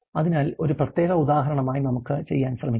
അതിനാൽ ഒരു പ്രത്യേക ഉദാഹരണമായി നമുക്ക് ചെയ്യാൻ ശ്രമിക്കാം